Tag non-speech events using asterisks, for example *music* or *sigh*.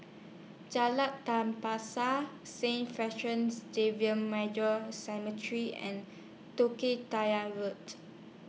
Jalan Tapisa Saint Francis Xavier Major Seminary and *unintelligible* Tengah Road